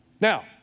Now